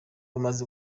umaze